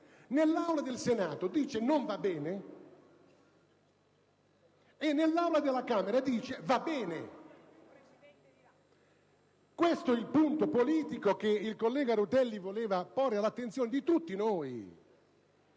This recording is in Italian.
nell'Aula del Senato dica che non va bene e poi nell'Aula della Camera dica il contrario. Questo è il punto politico che il collega Rutelli voleva porre all'attenzione di tutti noi.